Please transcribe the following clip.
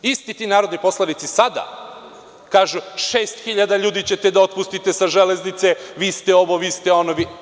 Isti ti narodni poslanici sada kažu – 6000 ljudi ćete da otpustite sa železnice, vi ste ovo, vi ste ono.